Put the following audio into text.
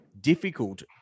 difficult